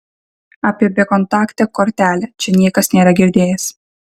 apie bekontaktę kortelę čia niekas nėra girdėjęs